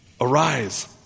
Arise